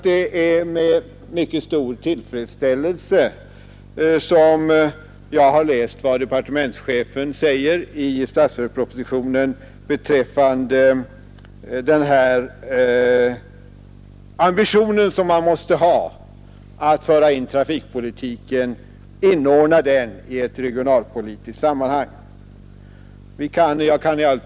Det är med mycket stor tillfredsställelse jag har läst vad departementschefen säger i statsverkspropositionen beträffande den ambition som man måste ha att inordna trafikpolitiken i ett regionalpolitiskt sammanhang.